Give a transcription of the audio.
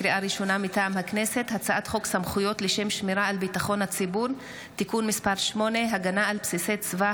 הצעת חוק הירושה (תיקון מס' 21) (פסלות לרשת),